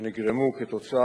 כחלק